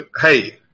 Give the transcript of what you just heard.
hey